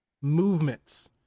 movements